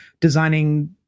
designing